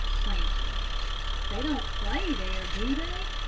planter they don't clay there, do they?